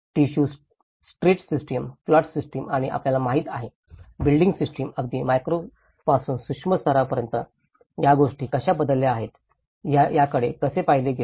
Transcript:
tissue street system plot system आणि आपल्याला माहिती आहे बिल्डिंग सिस्टम अगदी मॅक्रोपासून सूक्ष्म स्तरापर्यंत या गोष्टी कशा बदलल्या आहेत याकडे कसे पाहिले गेले